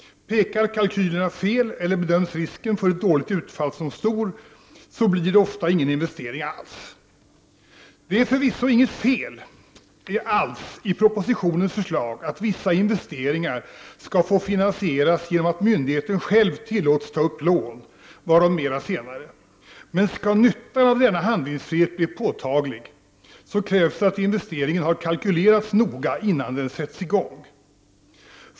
Pekar kalkylerna fel, eller bedöms risken för ett dåligt utfall som stor, blir det ofta ingen investering alls. Det är förvisso inget fel alls i propositionens förslag att vissa investeringar skall få finansieras genom att myndigheten själv tillåts ta upp lån, varom mera senare. Men skall nyttan av denna handlingsfrihet bli påtaglig, krävs det att investeringen har kalkylerats noga innan den sätts i gång.